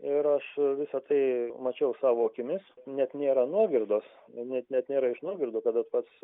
ir aš visa tai mačiau savo akimis net nėra nuogirdos man net nėra iš nuogirdų kada pats